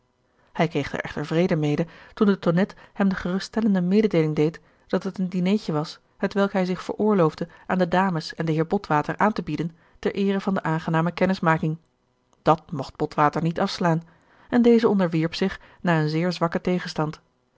hij kreeg er echter vrede mede toen de tonnette hem de gerustellende mededeeling deed dat het een dineetje was hetwelk hij zich veroorloofde aan de dames en den heer botwater aan te bieden ter eere van de aangename kennismaking dat mocht botwater niet afslaan en deze onderwierp zich na een zeer zwakken tegenstand